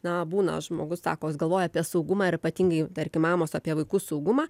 na būna žmogus sako jis galvoja apie saugumą ir ypatingai tarkim mamos apie vaikų saugumą